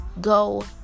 go